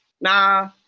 Nah